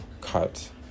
cut